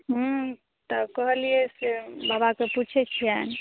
हूँ तऽ कहलियै से बाबा के पुछै छिअनि